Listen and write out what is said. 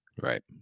Right